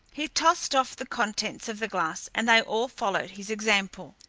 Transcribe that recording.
he tossed off the contents of the glass and they all followed his example.